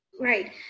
Right